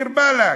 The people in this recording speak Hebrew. דיר באלכ.